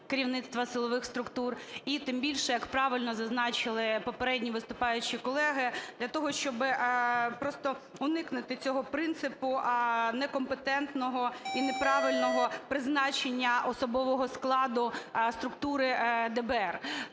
керівництва силових структур. І тим більше, як правильно зазначили попередні виступаючі колеги, для того, щоби просто уникнути цього принципу некомпетентного і неправильного призначення особового складу структури ДБР.